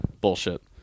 bullshit